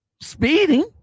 speeding